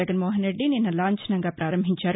జగన్మోహన్ రెడ్డి నిన్న లాంఛసంగా ప్రారంభించారు